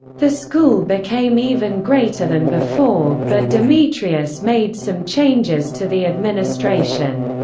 the school became even greater than before, but demetrius made some changes to the administration.